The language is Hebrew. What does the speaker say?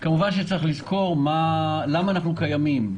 כמובן צריך לזכור למה אנחנו קיימים.